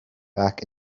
back